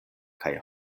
kaj